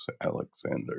Alexander